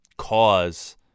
cause